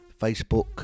Facebook